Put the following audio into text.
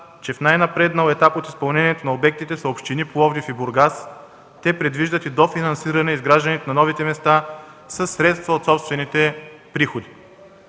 че в най-напреднал етап от изпълнението на обектите са общини Пловдив и Бургас – те предвиждат и дофинансиране изграждането на новите места със средства от собствените приходи.